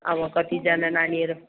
अब कतिजना नानीहरू